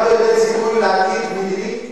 הוא גם לא נותן סיכוי לעתיד מדיני,